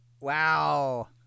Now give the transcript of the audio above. Wow